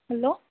hello